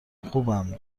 خوبم